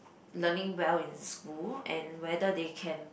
learning well in school and whether they can